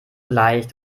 leicht